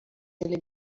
delle